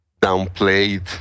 downplayed